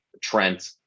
Trent